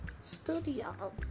studio